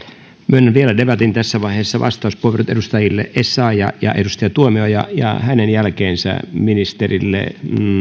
myönnän vielä debatin tässä vaiheessa vastauspuheenvuorot edustajille essayah ja ja tuomioja ja heidän jälkeensä ministerille